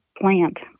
plant